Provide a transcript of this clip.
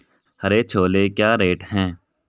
हरे छोले क्या रेट हैं?